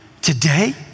Today